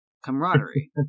Camaraderie